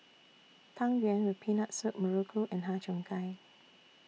Tang Yuen with Peanut Soup Muruku and Har Cheong Gai